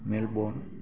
Melbourne